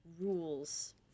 rules